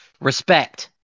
Respect